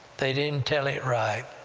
they didn't tell it right,